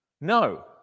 No